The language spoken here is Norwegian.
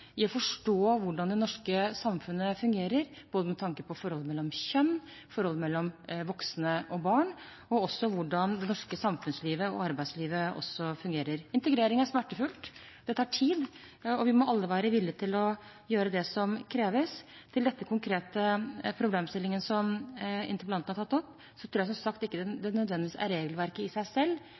til å forstå hvordan det norske samfunnet fungerer med tanke på forholdet mellom kjønn, forholdet mellom voksne og barn og også hvordan det norske samfunnslivet og arbeidslivet fungerer. Integrering er smertefullt, det tar tid, og vi må alle være villig til å gjøre det som kreves. Til denne konkrete problemstillingen som interpellanten har tatt opp, tror jeg som sagt ikke det nødvendigvis er regelverket i seg selv